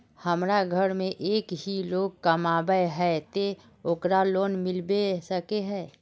हमरा घर में एक ही लोग कमाबै है ते ओकरा लोन मिलबे सके है?